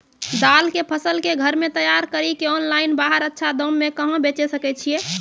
दाल के फसल के घर मे तैयार कड़ी के ऑनलाइन बाहर अच्छा दाम मे कहाँ बेचे सकय छियै?